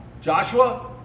Joshua